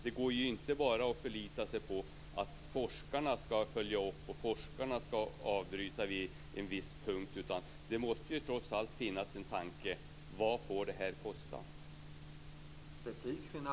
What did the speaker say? Det går inte att bara förlita sig på att forskarna ska följa upp och att forskarna ska avbryta vid en viss punkt, utan det måste trots allt finnas en tanke om vad det här får kosta.